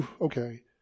okay